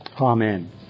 Amen